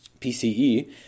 PCE